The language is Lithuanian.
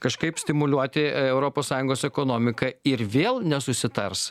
kažkaip stimuliuoti europos sąjungos ekonomiką ir vėl nesusitars